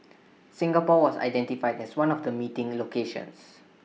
Singapore was identified as one of the meeting locations